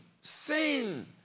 sin